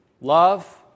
love